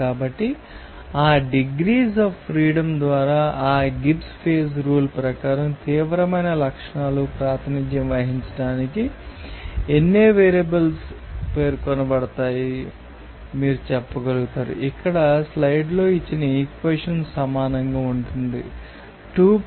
కాబట్టి ఆ degrees of freedom ద్వారా ఈ గిబ్స్ ఫేజ్ రూల్ ప్రకారం తీవ్రమైన లక్షణాలు ప్రాతినిధ్యం వహించడానికి ఎన్ని వేరియబుల్స్ పేర్కొనబడతాయో మీరు చెప్పగలుగుతారు ఇక్కడ స్లైడ్లలో ఇచ్చిన ఇక్వేషన్ సమానంగా ఉంటుంది 2 C P r